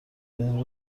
این